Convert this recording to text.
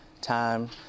time